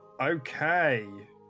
Okay